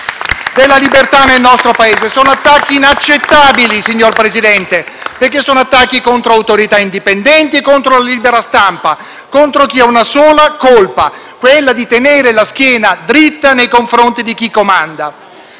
della libertà nel nostro Paese. Sono attacchi inaccettabili, signor Presidente, perché rivolti contro autorità indipendenti e contro la libera stampa, contro chi ha la sola colpa di tenere la schiena dritta nei confronti di chi comanda.